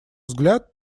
взгляд